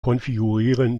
konfigurieren